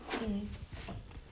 mm